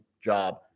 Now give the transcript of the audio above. job